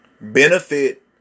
Benefit